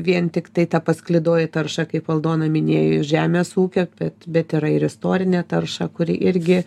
vien tiktai ta pasklidoji tarša kaip aldona minėjo žemės ūkio bet bet yra ir istorinė tarša kuri irgi